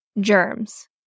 germs